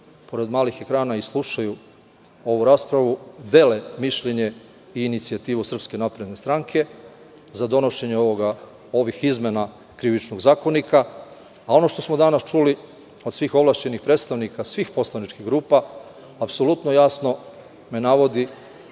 pored malih ekrana i slušaju ovu raspravu dele mišljenje i inicijativu SNS za donošenje ovih izmena Krivičnog zakonika. Ono što smo danas čuli od svih ovlašćenih predstavnika svih poslaničkih grupa apsolutno jasno navodi